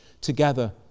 together